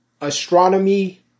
astronomy